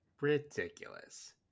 Ridiculous